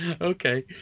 Okay